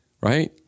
right